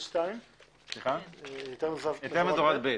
היתר מזורז ב'.